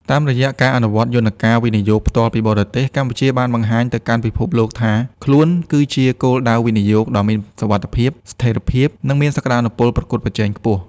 តាមរយៈការអនុវត្តយន្តការ វិនិយោគផ្ទាល់ពីបរទេស កម្ពុជាបានបង្ហាញទៅកាន់ពិភពលោកថា ខ្លួនគឺជាគោលដៅវិនិយោគដ៏មានសុវត្ថិភាព ស្ថិរភាព និងមានសក្ដានុពលប្រកួតប្រជែងខ្ពស់។